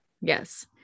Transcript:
Yes